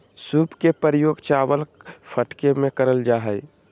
सूप के प्रयोग चावल फटके में करल जा हइ